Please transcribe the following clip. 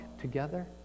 together